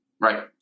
Right